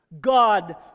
God